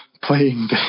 playing